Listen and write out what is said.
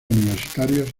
universitarios